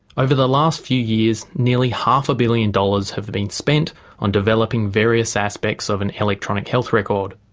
over the last few years nearly half a billion dollars have been spent on developing various aspects of an electronic health record.